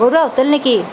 Barua hotel নেকি